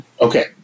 Okay